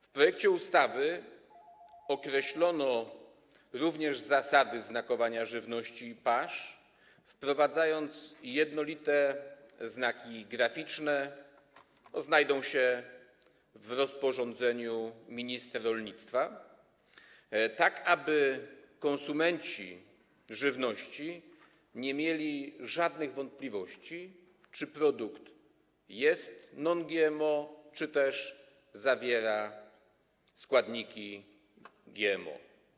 W projekcie ustawy określono także zasady znakowania żywności i pasz, wprowadzając jednolite znaki graficzne - znajdzie się to w rozporządzeniu ministra rolnictwa - tak aby konsumenci żywności nie mieli żadnych wątpliwości, czy produkt jest non-GMO czy też zawiera składniki GMO.